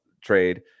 trade